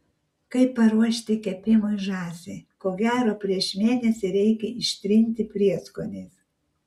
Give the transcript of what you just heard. kaip paruošti kepimui žąsį ko gero prieš mėnesį reikia ištrinti prieskoniais